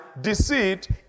deceit